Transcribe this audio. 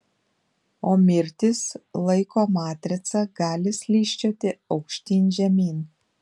o mirtys laiko matrica gali slysčioti aukštyn žemyn